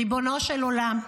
ריבונו של עולם,